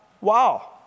Wow